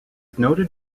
noted